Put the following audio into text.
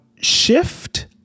shift